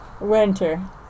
Winter